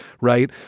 right